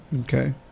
Okay